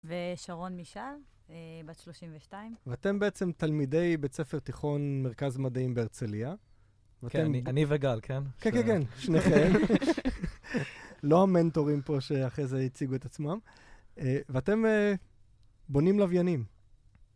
ושרון מישל, בת 32. ואתם בעצם תלמידי בית ספר תיכון מרכז מדעים בארצליה. כן, אני וגל, כן? כן, כן, כן, שניכם. לא המנטורים פה, שאחרי זה יציגו את עצמם. ואתם בונים לוויינים.